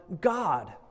God